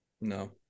No